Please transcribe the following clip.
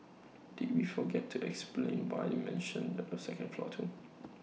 did we forget to explain why we mentioned the second floor too